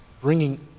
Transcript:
bringing